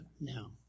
now